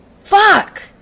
Fuck